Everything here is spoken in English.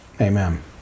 Amen